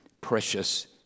precious